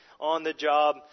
on-the-job